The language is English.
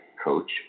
Coach